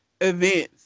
events